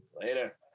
Later